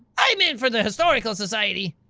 i'm in for the historical society.